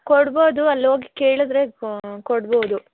ಕೊಡ್ಬೋದು ಅಲ್ಲಿ ಹೋಗ್ ಕೇಳಿದರೆ ಕೊಡ್ಬೋದು